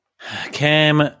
Cam